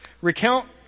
recount